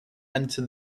enter